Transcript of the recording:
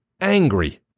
angry